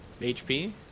HP